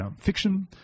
fiction